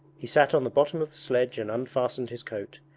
he sat on the bottom of the sledge and unfastened his coat,